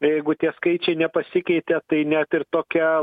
jeigu tie skaičiai nepasikeitė tai net ir tokia